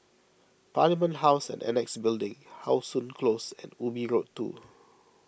Parliament House and Annexe Building How Sun Close and Ubi Road two